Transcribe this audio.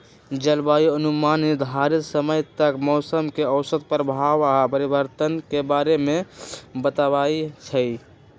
जलवायु अनुमान निर्धारित समय तक मौसम के औसत प्रभाव आऽ परिवर्तन के बारे में बतबइ छइ